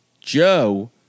Joe